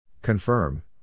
Confirm